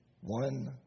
one